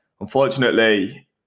Unfortunately